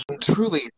truly